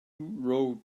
row